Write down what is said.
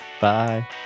Bye